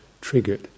triggered